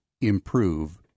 improve